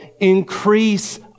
increase